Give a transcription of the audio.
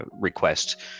request